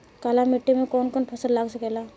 काली मिट्टी मे कौन कौन फसल लाग सकेला?